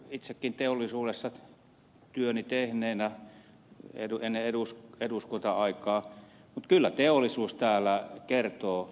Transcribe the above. itsekin teollisuudessa ennen eduskunta aikaa työni tehneenä totean että kyllä teollisuus täällä kertoo